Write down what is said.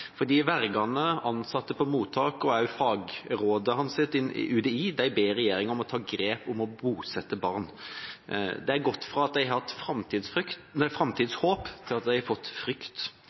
Vergene, ansatte på mottak og også fagrådet i UDI ber regjeringa om å ta grep for å bosette barn. Det er gått fra at barna har hatt framtidshåp, til at de har fått